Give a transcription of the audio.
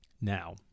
Now